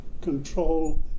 control